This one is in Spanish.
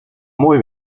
muy